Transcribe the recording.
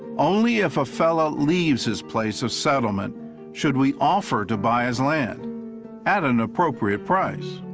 only if a fellow leaves his place of settlement should we offer to buy his land at an appropriate price.